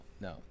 no